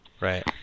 Right